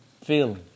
feeling